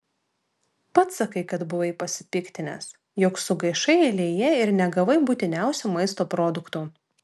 pats sakai kad buvai pasipiktinęs jog sugaišai eilėje ir negavai būtiniausių maisto produktų